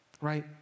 Right